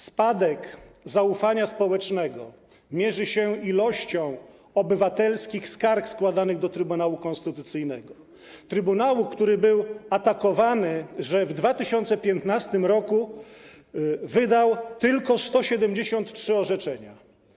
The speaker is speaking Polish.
Spadek zaufania społecznego mierzy się ilością obywatelskich skarg składanych do Trybunału Konstytucyjnego, trybunału, który był atakowany, że w 2015 r. wydał tylko 173 orzeczenia.